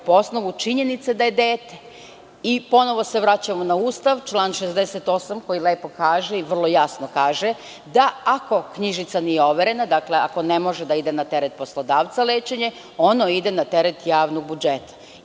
po osnovu činjenice da je dete. Ponovo se vraćamo na Ustav, član 68. koji lepo kaže i vrlo jasno kaže – da ako knjižica nije overena, dakle, ako ne može da ide na teret poslodavca lečenje, ono ide na teret javnog budžeta.